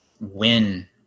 win